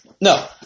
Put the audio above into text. No